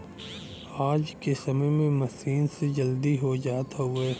आज के समय में मसीन से जल्दी हो जात हउवे